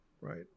right